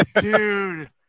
dude